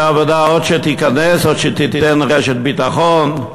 העבודה או תיכנס או תיתן רשת ביטחון.